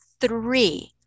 three